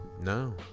No